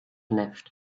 left